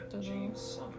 James